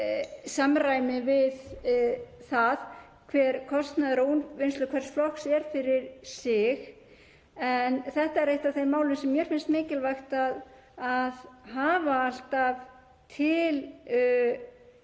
samræmi við það hver kostnaður er við úrvinnslu hvers flokks fyrir sig. Þetta er eitt af þeim málum sem mér finnst mikilvægt að hafa alltaf til